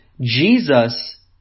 Jesus